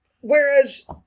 Whereas